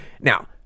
Now